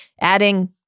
Adding